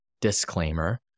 disclaimer